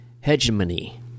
hegemony